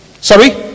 Sorry